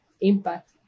impact